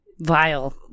Vile